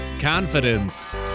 confidence